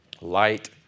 Light